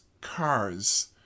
cars